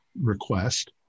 request